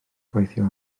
gweithio